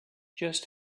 just